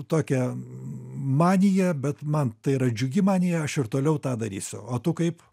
tokia manija bet man tai yra džiugi manija aš ir toliau tą darysiu o tu kaip